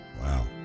Wow